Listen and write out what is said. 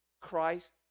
Christ